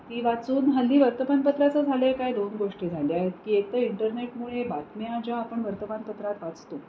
ती वाचून हल्ली वर्तमानपत्राचं झालं आहे काय दोन गोष्टी झाल्या आहे की एकतर इंटरनेटमुळे बातम्या ज्या आपण वर्तमानपत्रात वाचतो